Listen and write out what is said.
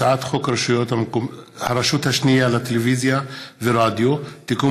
הצעת חוק הרשות השנייה לטלוויזיה ורדיו (תיקון